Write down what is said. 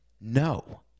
no